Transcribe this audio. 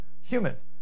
humans